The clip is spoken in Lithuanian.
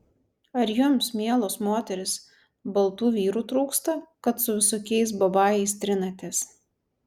ar jums mielos moterys baltų vyrų trūksta kad su visokiais babajais trinatės